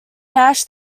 nash